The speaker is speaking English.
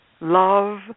love